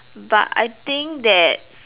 but I think that